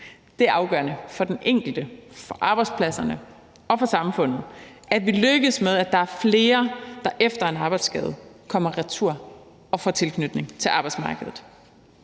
Det er afgørende for den enkelte, for arbejdspladserne og for samfundet, at vi lykkes med, at der er flere, der efter en arbejdsskade kommer retur og får tilknytning til arbejdsmarkedet.